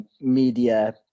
media